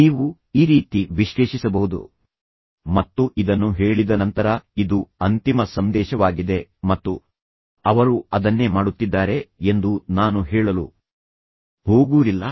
ನೀವು ಈ ರೀತಿ ವಿಶ್ಲೇಷಿಸಬಹುದು ಮತ್ತು ಇದನ್ನು ಹೇಳಿದ ನಂತರ ಇದು ಅಂತಿಮ ಸಂದೇಶವಾಗಿದೆ ಮತ್ತು ಅವರು ಅದನ್ನೇ ಮಾಡುತ್ತಿದ್ದಾರೆ ಎಂದು ನಾನು ಹೇಳಲು ಹೋಗುವುದಿಲ್ಲ